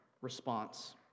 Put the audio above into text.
response